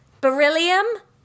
beryllium